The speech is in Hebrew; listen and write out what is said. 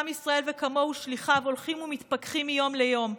עם ישראל וכמוהו שליחיו הולכים ומתפכחים מיום ליום.